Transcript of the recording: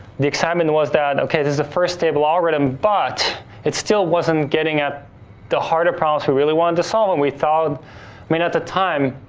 the excitement was that okay, this is the first stable algorithm, but it still wasn't getting at the heart of problems we really wanted to solve, and we thought, i mean at the time,